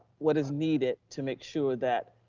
what is needed to make sure that